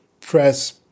press